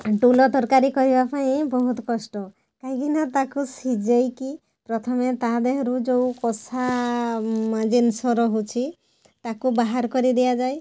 ଟୁଲ ତରକାରୀ କରିବା ପାଇଁଁ ବହୁତ କଷ୍ଟ କାହିଁକିନା ତାକୁ ସିଝାଇକି ପ୍ରଥମେ ତା ଦେହରୁ ଯେଉଁ କଷା ଜିନିଷ ରହୁଛି ତାକୁ ବାହାର କରିଦିଆଯାଏ